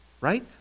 right